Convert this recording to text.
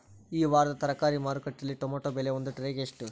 ಈ ವಾರದ ತರಕಾರಿ ಮಾರುಕಟ್ಟೆಯಲ್ಲಿ ಟೊಮೆಟೊ ಬೆಲೆ ಒಂದು ಟ್ರೈ ಗೆ ಎಷ್ಟು?